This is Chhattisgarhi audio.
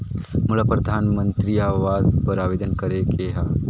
मोला परधानमंतरी आवास बर आवेदन करे के हा?